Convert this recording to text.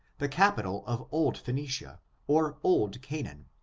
the capital of old phcenicia, or old canaan.